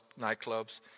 nightclubs